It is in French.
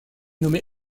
nommé